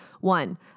one